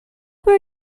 were